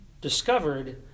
discovered